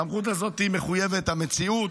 הסמכות הזאת היא מחויבת המציאות.